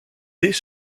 dès